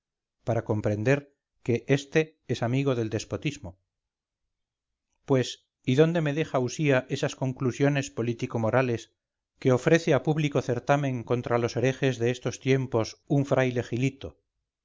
para comprender que éste es amigo del despotismo pues y dónde me deja usía estas conclusiones político morales que ofrece a público certamen contra los herejes de estos tiempos un fraile gilito